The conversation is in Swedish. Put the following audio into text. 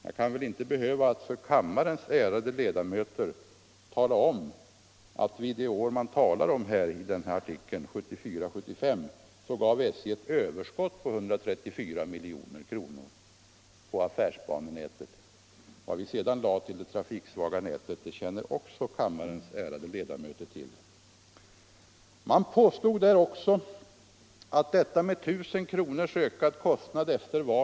Jag behöver väl inte tala om för kammarens ärade ledamöter att under de år man åsyftar i artikeln, 1974-1975, gav SJ ett överskott på 134 milj.kr. på affärsbanenätet. Vad vi sedan lade till när det gäller det trafiksvaga nätet känner också kammarens ärade ledamöter till. Man påstod vidare i artikeln att den ökade kostnaden efter valet med 1000 kr.